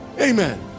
amen